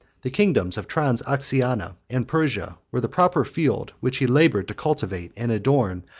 the kingdoms of transoxiana and persia were the proper field which he labored to cultivate and adorn,